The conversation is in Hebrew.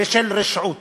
ושל רשעות.